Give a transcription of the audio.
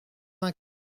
vingt